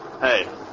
Hey